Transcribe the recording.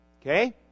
Okay